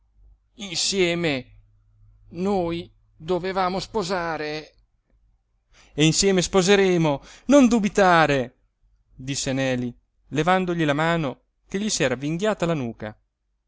insieme noi dovevamo sposare e insieme sposeremo non dubitare disse neli levandogli la mano che gli s'era avvinghiata alla nuca